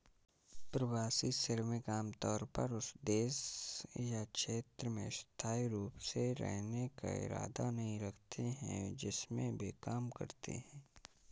प्रवासी श्रमिक आमतौर पर उस देश या क्षेत्र में स्थायी रूप से रहने का इरादा नहीं रखते हैं जिसमें वे काम करते हैं